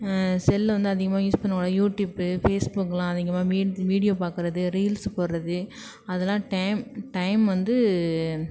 cell வந்து அதிகமாக use பண்ணக்கூடாது யூடியூப்பு ஃபேஸ்புக்குலாம் அதிகமாக மீன் வீடியோ பார்க்கறது ரீல்ஸு போடுறது அதெலாம் டைம் டைம் வந்து